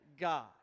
God